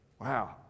Wow